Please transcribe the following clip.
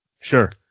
Sure